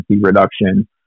reduction